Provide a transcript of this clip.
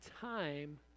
time